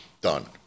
done